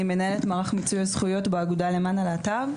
אני מנהלת מערך מיצוי הזכויות באגודה למען הלהט"ב.